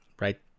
right